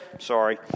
Sorry